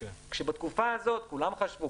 כשבתקופה הזאת כולם חשבו,